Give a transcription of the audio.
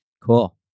Cool